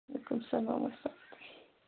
وعلیکُم السلام